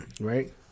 right